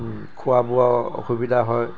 খোৱা বোৱাও অসুবিধা হয়